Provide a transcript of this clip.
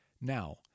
Now